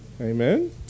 Amen